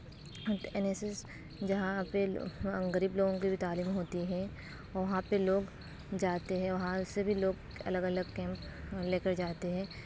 N S S جہاں پہ غریب لوگوں کی بھی تعلیم ہوتی ہے وہاں پہ لوگ جاتے ہیں وہاں سے بھی لوگ الگ الگ کیمپ لے کر جاتے ہیں